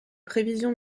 prévisions